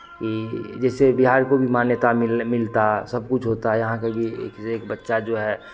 कि जैसे बिहार को भी मान्यता मिल मिलता सब कुछ होता यहाँ का भी बच्चा जो है